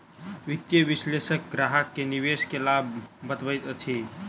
वित्तीय विशेलषक ग्राहक के निवेश के लाभ बतबैत अछि